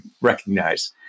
recognize